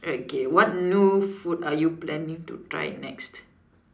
okay what new food are you planning to try next